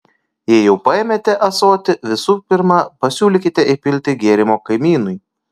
jei jau paėmėte ąsotį visų pirma pasiūlykite įpilti gėrimo kaimynui